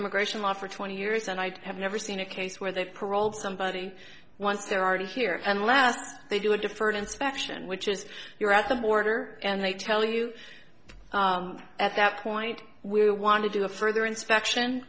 immigration law for twenty years and i have never seen a case where they paroled somebody once they're already here and last but they do a different inspection which is you're at the border and they tell you at that point we want to do a further inspection